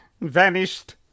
vanished